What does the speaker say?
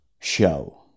show